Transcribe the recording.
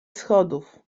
schodów